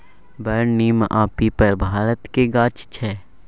बर, नीम आ पीपर भारतक गाछ छै